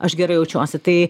aš gerai jaučiuosi tai